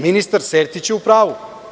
Ministar Sertić je u pravu.